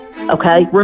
Okay